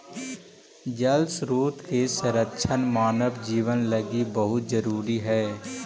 जल स्रोत के संरक्षण मानव जीवन लगी बहुत जरूरी हई